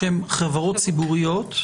שהן חברות ציבוריות?